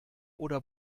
oder